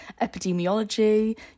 epidemiology